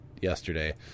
yesterday